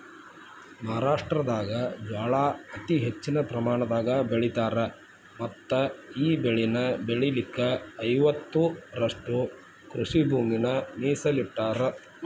ಮಹಾರಾಷ್ಟ್ರದಾಗ ಜ್ವಾಳಾ ಅತಿ ಹೆಚ್ಚಿನ ಪ್ರಮಾಣದಾಗ ಬೆಳಿತಾರ ಮತ್ತಈ ಬೆಳೆನ ಬೆಳಿಲಿಕ ಐವತ್ತುರಷ್ಟು ಕೃಷಿಭೂಮಿನ ಮೇಸಲಿಟ್ಟರಾ